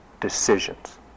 decisions